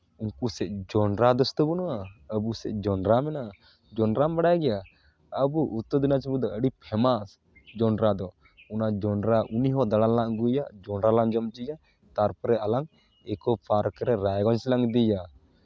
ᱩᱱᱠᱩ ᱥᱮᱫ ᱡᱚᱸᱰᱨᱟ ᱟᱹᱰᱤ ᱩᱥᱛᱟᱹ ᱵᱟᱹᱱᱩᱜᱼᱟ ᱟᱹᱵᱩ ᱥᱮᱫ ᱡᱚᱸᱰᱨᱟ ᱢᱮᱱᱟᱜᱼᱟ ᱡᱚᱸᱰᱨᱟᱢ ᱵᱟᱲᱟᱭ ᱜᱮᱭᱟ ᱟᱵᱚ ᱩᱛᱛᱚᱨ ᱫᱤᱱᱟᱡᱽᱯᱩᱨ ᱫᱚ ᱟᱹᱰᱤ ᱯᱷᱮᱢᱟᱥ ᱡᱚᱸᱰᱨᱟ ᱫᱚ ᱚᱱᱟ ᱡᱚᱸᱰᱨᱟ ᱩᱱᱤ ᱦᱚᱸ ᱫᱟᱬᱟᱱ ᱞᱟᱝ ᱟᱹᱜᱩᱭ ᱭᱟ ᱡᱚᱸᱰᱨᱟ ᱞᱟᱝ ᱡᱚᱢ ᱦᱚᱪᱚᱭ ᱭᱟ ᱛᱟᱨᱯᱚᱨᱮ ᱟᱞᱟᱝ ᱤᱠᱳ ᱯᱟᱨᱠ ᱨᱮ ᱨᱟᱭᱜᱚᱸᱡᱽ ᱞᱟᱝ ᱤᱫᱤᱭᱭᱟ